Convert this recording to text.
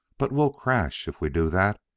but we'll crash if we do that,